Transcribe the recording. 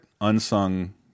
unsung